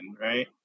right